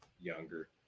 younger